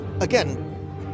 again